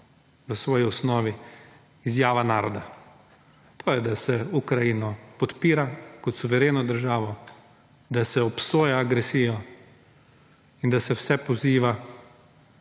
v svoji osnovi, izjava naroda. To je, da se Ukrajino podpira kot suvereno državo, da se obsoja agresijo, in da se vse poziva,